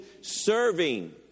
serving